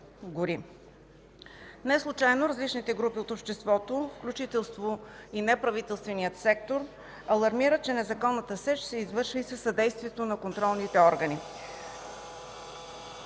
Неслучайно различните групи от обществото, включително и неправителственият сектор, алармират, че незаконната сеч се извършва и със съдействието на контролните органи.